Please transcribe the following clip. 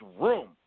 room